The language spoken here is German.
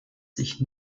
sich